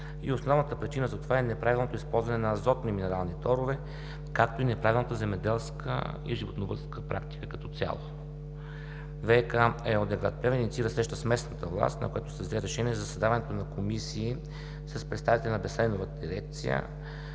основната причина за това е неправилното използване на азотни минерални торове, както и неправилната земеделска и животновъдна практика като цяло. ВиК ЕООД – град Плевен, инициира среща с местната власт, на която се взе решение за създаването на комисии с представители на Басейновата дирекция,